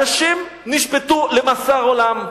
אנשים נשפטו למאסר עולם,